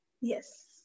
Yes